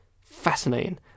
Fascinating